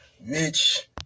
Mitch